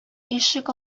ишек